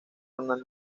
una